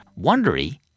Wondery